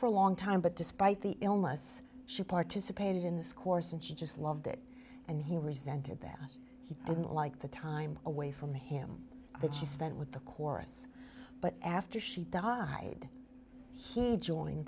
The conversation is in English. for a long time but despite the illness she participated in this course and she just loved it and he resented that he didn't like the time away from him that she spent with the chorus but after she died he joined